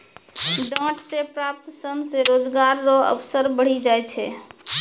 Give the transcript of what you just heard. डांट से प्राप्त सन से रोजगार रो अवसर बढ़ी जाय छै